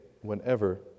whenever